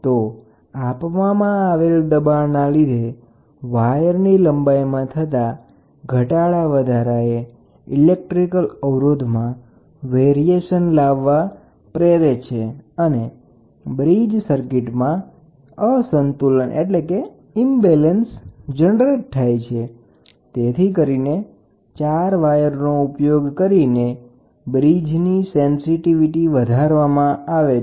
તો આપવામાં આવેલ દબાણના લીધે વાયરની લંબાઈમાં થતા ફેરફારને કારણે વાયરનો ઇલેક્ટ્રિકલ અવરોધમાં ફેરફાર થાય છે જે બ્રીજ સર્કિટમાં અસંતુલન પેદા કરે છે પછી ચાર વાયરનો ઉપયોગ કરીને બ્રિજની સેન્સિટિવિટી વધારવામાં આવે છે